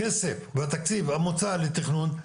הכסף והתקציב המוצע לתכנון,